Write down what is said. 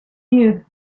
you